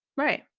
right?